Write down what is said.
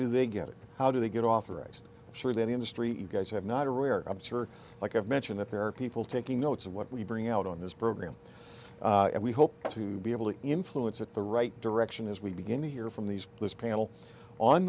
do they get it how do they get authorized surely any industry you guys have not a rare absurd like of mention that there are people taking notes of what we bring out on this program and we hope to be able to influence at the right direction as we begin to hear from these this panel on